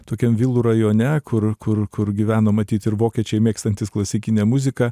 tokiam vilų rajone kur kur kur gyveno matyt ir vokiečiai mėgstantys klasikinę muziką